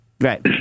Right